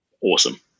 awesome